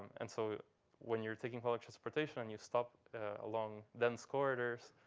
and so when you're taking public transportation and you stop along dense corridors